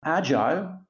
agile